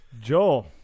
Joel